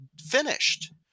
finished